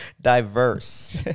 diverse